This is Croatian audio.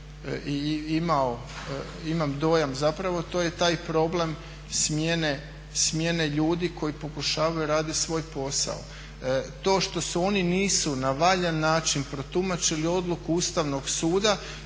i imam dojam to je taj problem smjene ljudi koji pokušavaju raditi svoj posao. To što si oni nisu na valjan način protumačili odluku Ustavnog suda